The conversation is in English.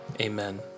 Amen